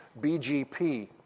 BGP